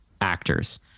actors